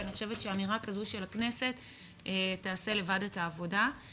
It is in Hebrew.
ואני חושבת שאמירה כזו של הכנסת תעשה לבד את העבודה,